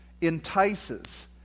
entices